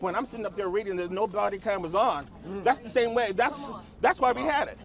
when i'm sitting up there reading that nobody can was on just the same way that's that's why we had it